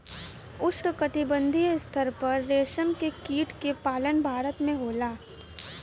उष्णकटिबंधीय स्तर पर रेशम के कीट के पालन भारत में होला